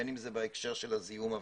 בין אם זה בהקשר של זיהום האוויר,